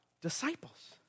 Disciples